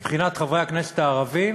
מבחינת חברי הכנסת הערבים